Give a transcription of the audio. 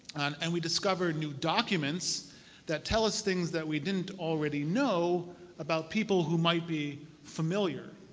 and we discover new documents that tell us things that we didn't already know about people who might be familiar.